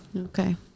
okay